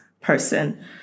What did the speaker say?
person